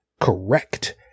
Correct